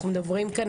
אנחנו מדברים כאן,